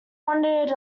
wondered